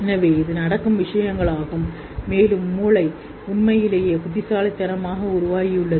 எனவே இது நடக்கும் விஷயங்களாகும் மேலும் மூளை உண்மையிலேயே புத்திசாலித்தனமாக உருவாகியுள்ளது